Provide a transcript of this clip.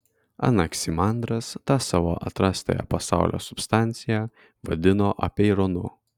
anaksimandras tą savo atrastąją pasaulio substanciją vadino apeironu